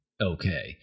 okay